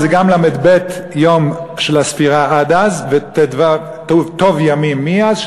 וזה גם ל"ב יום של הספירה עד אז וטו"ב ימים מאז,